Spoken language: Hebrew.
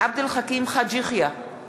אינה נוכחת עבד אל חכים חאג' יחיא,